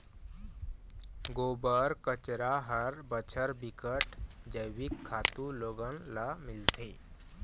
गोबर, कचरा हर बछर बिकट जइविक खातू लोगन ल मिलथे